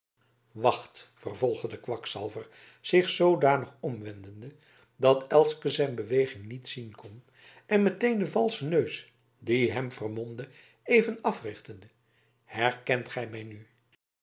wacht vervolgde de kwakzalver zich zoodanig om wendende dat elske zijn beweging niet zien kon en meteen den valschen neus die hem vermomde even africhtende herkent gij mij nu